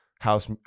house